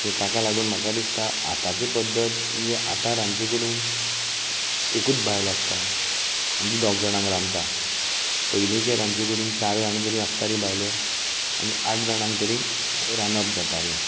so ताका लागून म्हाका दिसता आताची पद्दत म्हणजे आता रांदचे कुडींत एकूच बायल आसता आनी ती दोग जाणांक रांदता पयलींच्या रांदच्या कुडींत चार जाणां तरी आसताल्यो बायलो आनी आठ जाणांक तरी रांदप जातालें